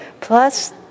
Plus